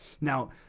Now